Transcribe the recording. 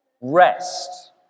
rest